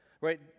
Right